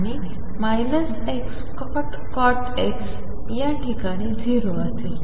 आणि Xcot X या ठिकाणी 0 असेल